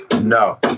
No